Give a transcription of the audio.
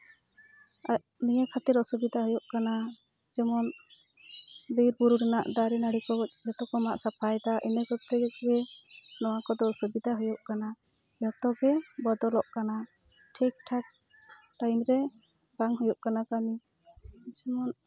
ᱱᱤᱭᱟᱹ ᱠᱷᱟᱹᱛᱤᱨ ᱚᱥᱩᱵᱤᱫᱷᱟ ᱦᱩᱭᱩᱜ ᱠᱟᱱᱟ ᱡᱮᱢᱚᱱ ᱵᱤᱨ ᱵᱩᱨᱩ ᱨᱮᱱᱟᱜ ᱫᱟᱨᱮ ᱱᱟᱹᱲᱤ ᱠᱚ ᱡᱷᱚᱛᱚ ᱠᱚ ᱢᱟᱜ ᱥᱟᱯᱷᱟᱭᱮᱫᱟ ᱤᱱᱟᱹ ᱠᱷᱟᱹᱛᱤᱨ ᱜᱮ ᱱᱚᱣᱟ ᱠᱚᱫᱚ ᱚᱥᱩᱵᱤᱫᱟ ᱦᱩᱭᱩᱜ ᱠᱟᱱᱟ ᱡᱚᱛᱚ ᱜᱮ ᱵᱚᱫᱚᱞᱚᱜ ᱠᱟᱱᱟ ᱴᱷᱤᱠᱼᱴᱷᱟᱠ ᱴᱟᱭᱤᱢ ᱨᱮ ᱵᱟᱝ ᱦᱩᱭᱩᱜ ᱠᱟᱱᱟ ᱠᱟᱹᱢᱤ